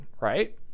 right